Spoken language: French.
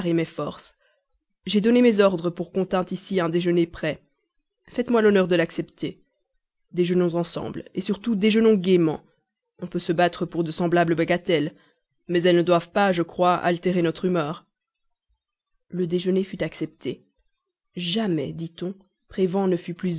mes forces j'ai donné mes ordres pour qu'on tînt ici un déjeûner prêt faites-moi l'honneur de l'accepter déjeûnons ensemble surtout déjeûnons gaiement on peut se battre pour de semblables bagatelles mais elles ne doivent pas je crois altérer notre humeur le déjeûner fut accepté jamais dit-on prévan ne fut plus